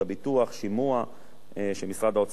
שימוע שמשרד האוצר מפעיל,